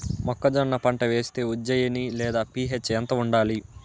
మొక్కజొన్న పంట వేస్తే ఉజ్జయని లేదా పి.హెచ్ ఎంత ఉండాలి?